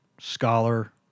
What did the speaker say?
scholar